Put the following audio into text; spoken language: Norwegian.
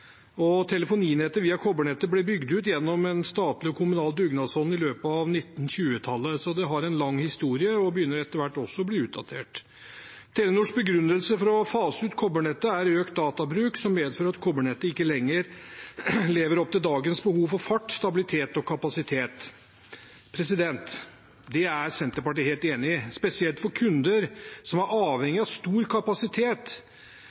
via kobbernettet ble bygd ut gjennom en statlig og kommunal dugnadsånd i løpet av 1920-tallet. Det har en lang historie og begynner etter hvert også å bli utdatert. Telenors begrunnelse for å fase ut kobbernettet er økt databruk, som medfører at kobbernettet ikke lenger lever opp til dagens behov for fart, stabilitet og kapasitet. Det er Senterpartiet helt enig i, spesielt for kunder som er